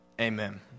Amen